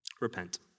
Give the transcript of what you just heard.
repent